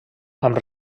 amb